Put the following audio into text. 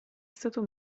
stato